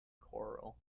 choral